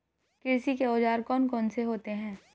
कृषि के औजार कौन कौन से होते हैं?